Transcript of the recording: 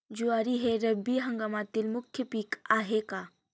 ज्वारी हे रब्बी हंगामातील मुख्य पीक आहे का?